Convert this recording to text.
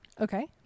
Okay